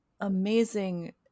amazing